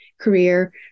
career